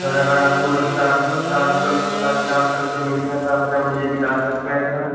سر اگر آپ کو اُدھر چار سو چار سو روپیے ساڑھے چار سو روپیے میں مل جائے تو آپ کیا مجھے دلا سکتے ہیں سر